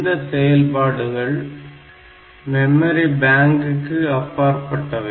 இந்த செயல்பாடுகள் மெமரி பேங்குக்கு அப்பாற்பட்டவை